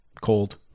cold